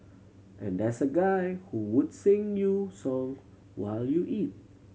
and there's a guy who would sing you song while you eat